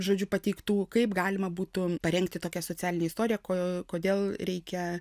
žodžiu pateiktų kaip galima būtų parengti tokią socialinę istoriją ko kodėl reikia